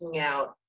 out